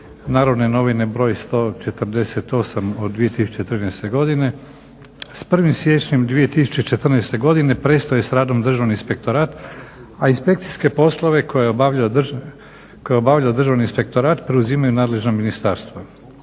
"Narodne novine" broj 148. od 2013. godine s 1. siječnjem 2014. godine prestao je s radom Državni inspektorat, a inspekcijske poslove koje je obavljao Državni inspektorat preuzimaju nadležna ministarstva.